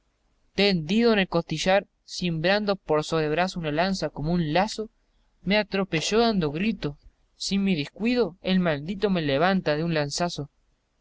tendido en el costillar cimbrando por sobre el brazo una lanza como un lazo me atropelló dando gritos si me descuido el maldito me levanta de un lanzazo